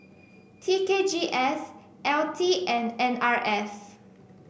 T K G S L T and N R F